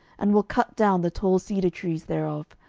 and will cut down the tall cedar trees thereof,